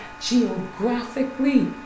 geographically